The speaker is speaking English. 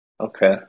okay